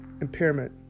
impairment